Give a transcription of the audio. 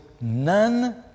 None